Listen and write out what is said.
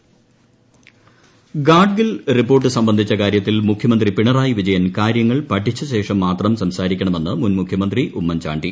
Oommen Chandy Gadgil report സംബന്ധിച്ചു കാര്യത്തിൽ മുഖ്യമന്ത്രി പിണറായി വിജ്യൻ കാര്യങ്ങൾ പഠിച്ചശേഷം മാത്രം സംസാരിക്കണമെന്ന് മുൻ മുഖ്യമന്ത്രി ഉമ്മൻചാണ്ടി